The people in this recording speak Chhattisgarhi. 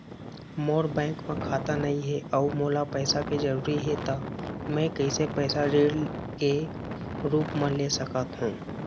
मोर बैंक म खाता नई हे अउ मोला पैसा के जरूरी हे त मे कैसे पैसा ऋण के रूप म ले सकत हो?